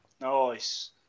Nice